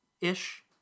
Ish